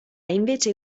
invece